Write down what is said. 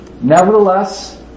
Nevertheless